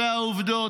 אלה העובדות.